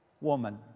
woman